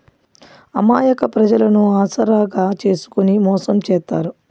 అమాయక ప్రజలను ఆసరాగా చేసుకుని మోసం చేత్తారు